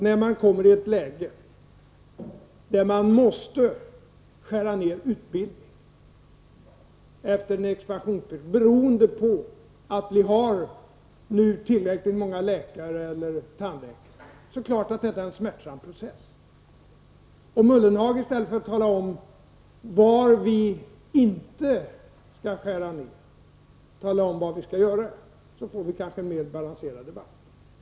När man kommer i det läget att man efter en expansionsperiod måste skära ned utbildning, beroende på att vi har tillräckligt många läkare, tandläkare, etc, innebär det givetvis alltid att inleda en smärtsam process. Om Ullenhag i stället för att tala om var vi inte skall skära ned talar om var vi skall göra det, får vi kanske en mer balanserad debatt.